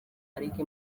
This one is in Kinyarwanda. ariko